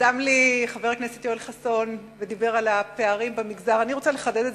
קדם לי חבר הכנסת יואל חסון ודיבר על הפערים במגזר הציבורי.